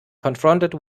confronted